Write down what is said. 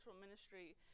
ministry